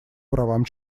правам